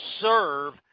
serve